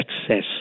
access